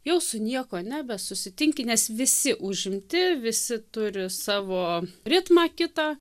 jau su niekuo nebe susitinki nes visi užimti visi turi savo ritmą kitą